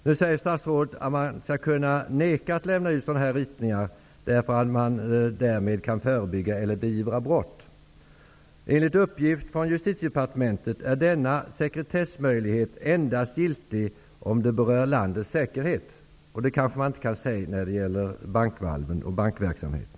Statsrådet sade att man skall kunna vägra att lämna ut ritningar med hänvisning till intresset att beivra eller förebygga brott. Enligt uppgift från Justitiedepartementet är denna sekretessmöjlighet giltig endast om landets säkerhet berörs. Det kan man kanske inte säga när det gäller bankvalven och bankverksamhet.